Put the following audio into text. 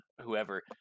whoever